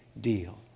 deal